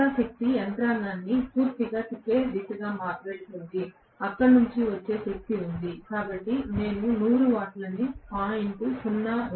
మిగతా శక్తి యంత్రాంగాన్ని పూర్తిగా తిప్పే దిశగా వెళుతుంది అక్కడ నుండి వచ్చే శక్తి ఉంది కాబట్టి నేను 100 వాట్లను 0